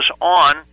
on